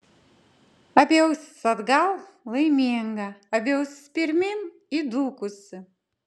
abi ausys atgal laiminga abi ausys pirmyn įdūkusi